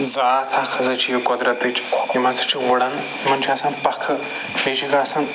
ذات اکھ ہسا چھِ یہِ قۄدرتٕچ یِم ہسا چھِ وٕڑان یِمَن چھِ آسان پَکھٕ بیٚیہِ چھِکھ آسان